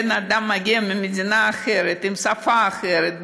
בן אדם מגיע ממדינה אחרת עם שפה אחרת,